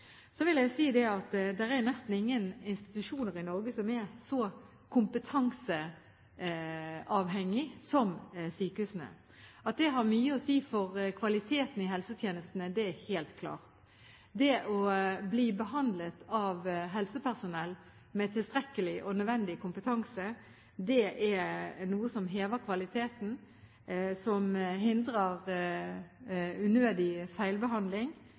Så vil jeg si at det er nesten ingen institusjoner i Norge som er så kompetanseavhengig som sykehusene. At det har mye å si for kvaliteten i helsetjenestene, er helt klart. Å bli behandlet av helsepersonell med tilstrekkelig og nødvendig kompetanse er noe som hever kvaliteten, og som hindrer unødig feilbehandling,